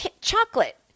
chocolate